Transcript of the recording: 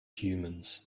humans